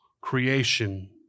creation